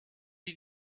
die